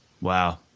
Wow